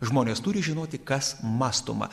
žmonės turi žinoti kas mąstoma